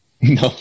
no